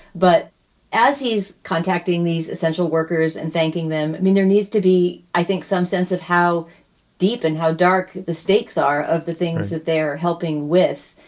but as he's contacting these essential workers and thanking them, i mean, there needs to be, i think, some sense of how deep and how dark the stakes are of the things that they're helping with.